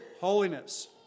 Holiness